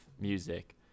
music